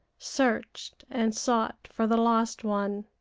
searched and sought for the lost one.